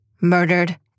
murdered